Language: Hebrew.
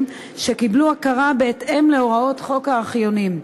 שקיבלו הכרה בהתאם להוראות חוק הארכיונים.